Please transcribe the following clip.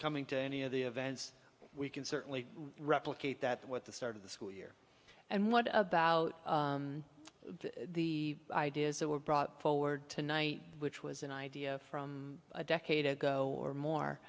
coming to any of the events we can certainly replicate that what the start of the school year and what about the ideas that were brought forward tonight which was an idea from a decade ago or more